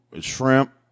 shrimp